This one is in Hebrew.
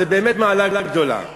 זו באמת מעלה גדולה.